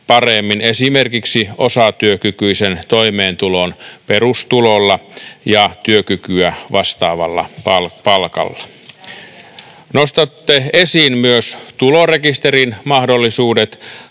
paremmin esimerkiksi osatyökykyisen toimeentulon perustulolla ja työkykyä vastaavalla palkalla. Nostatte esiin myös tulorekisterin mahdollisuudet.